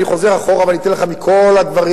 אני חוזר אחורה ואני אתן לך מכל הדברים.